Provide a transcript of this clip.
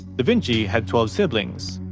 da vinci had twelve siblings,